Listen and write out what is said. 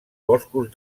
boscos